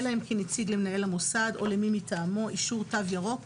אלא אם כן הציג למנהל המוסד או למי מטעמו אישור "תו ירוק",